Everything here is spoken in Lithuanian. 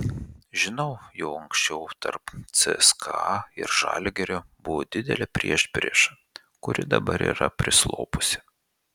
žinau jog anksčiau tarp cska ir žalgirio buvo didelė priešprieša kuri dabar yra prislopusi